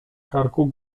karku